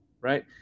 right